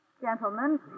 gentlemen